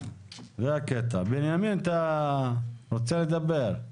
בנימין, אתה רוצה לדבר?